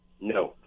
No